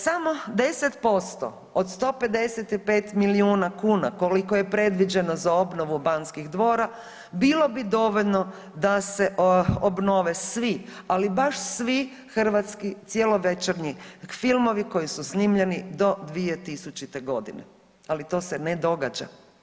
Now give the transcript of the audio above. Samo 10% od 155 milijuna kuna koliko je predviđen o za obnovu Banskih dvora bilo bi dovoljno da se obnove svi, ali baš svi hrvatski cjelovečernji filmovi koji su snimljeni do 2000.g., ali to se ne događa.